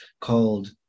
called